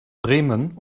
bremen